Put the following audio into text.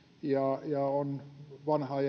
ja ja kun mennään vanhaan